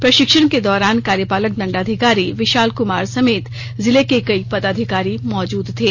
प्रशिक्षण के दौरान कार्यपालक दंडाधिकारी विशाल कुमार समेत जिले के कई पदाधिकारी मौजूद थे